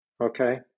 okay